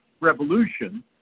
revolution